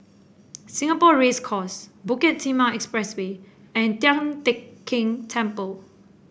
Singapore Race Course Bukit Timah Expressway and Tian Teck Keng Temple